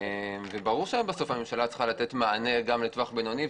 ברור שבסוף הממשלה צריכה לתת מענה גם לטווח הבינוני,